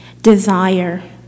desire